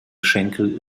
schenkel